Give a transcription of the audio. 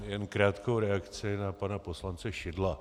Jen krátkou reakci na pana poslance Šidla.